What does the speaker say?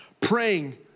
praying